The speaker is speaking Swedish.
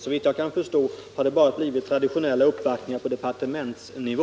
Såvitt jag kan förstå har den begränsats till traditionella uppvaktningar på departementsnivå.